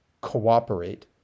cooperate